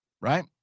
right